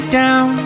down